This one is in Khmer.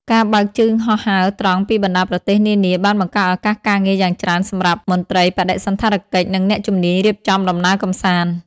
ការបើកជើងហោះហើរត្រង់ពីបណ្ដាប្រទេសនានា បានបង្កើតឱកាសការងារយ៉ាងច្រើនសម្រាប់មន្ត្រីបដិសណ្ឋារកិច្ច និងអ្នកជំនាញរៀបចំដំណើរកម្សាន្ត។